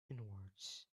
inwards